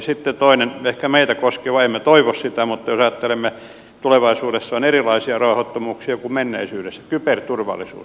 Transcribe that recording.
sitten toinen ehkä meitä koskeva emme toivo sitä mutta jos ajattelemme että tulevaisuudessa on erilaisia rauhattomuuksia kuin menneisyydessä kyberturvallisuus